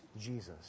Jesus